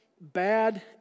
bad